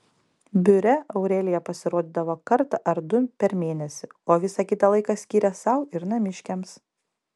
biure aurelija pasirodydavo kartą ar du per mėnesį o visą kitą laiką skyrė sau ir namiškiams